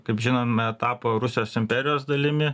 kaip žinome tapo rusijos imperijos dalimi